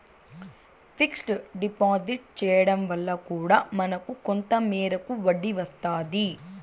fixed deposit చేయడం వల్ల కూడా మనకు కొంత మేరకు వడ్డీ వస్తాది